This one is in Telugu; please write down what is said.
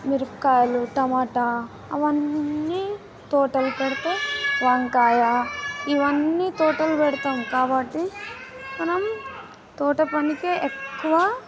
మిరపకాయలు టమాటా అవన్నీ తోటలు పెడితే వంకాయ ఇవన్నీ తోటలు పెడతాము కాబట్టి మనం తోట పనికే ఎక్కువ